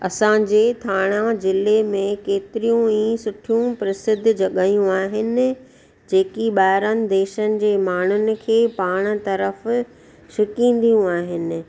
असांजे ठाणा ज़िले में केतिरियूं ई सुठियूं प्रसिद्ध जॻहियूं आहिनि जेकी बाहिरां देशनि जे माण्हुनि खे पाण तर्फ़ु छिकींदियूं आहिनि